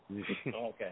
Okay